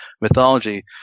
mythology